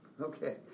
Okay